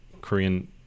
korean